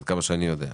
עד כמה שאני יודע.